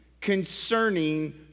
concerning